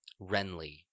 Renly